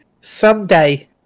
Someday